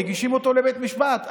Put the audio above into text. מגישים אותו לבית משפט,